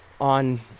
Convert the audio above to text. on